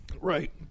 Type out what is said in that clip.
Right